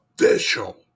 official